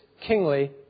kingly